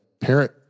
parent